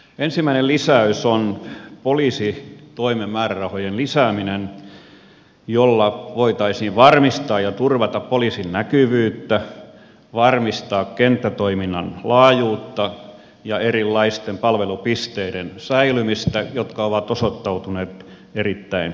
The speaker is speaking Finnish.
ensimmäinen lisäys on poliisitoimen määrärahojen lisääminen jolla voitaisiin varmistaa ja turvata poliisin näkyvyyttä varmistaa kenttätoiminnan laajuutta ja erilaisten palvelupisteiden säilymistä jotka ovat osoittautuneet erittäin tehokkaiksi